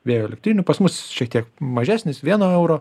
vėjo elektrinių pas mus šiek tiek mažesnis vieno euro